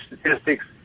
statistics